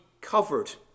covered